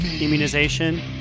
immunization